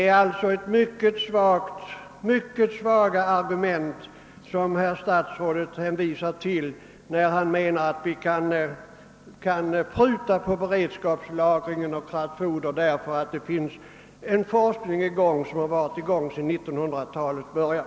Herr statsrådet har alltså mycket svaga argument att hänvisa till när han anser att vi skall minska beredskapslagringen av kraftfoder därför att det pågår en forskning, som delvis varit i gång sedan 1900-talets början.